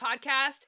podcast